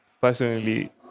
personally